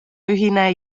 ühine